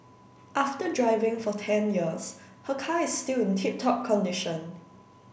after driving for ten years her car is still in tip top condition